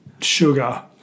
sugar